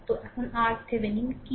তো এখন RThevenin কী